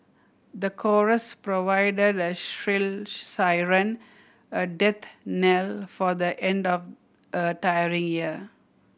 the chorus provided a shrill siren a death knell for the end of a tiring year